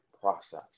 process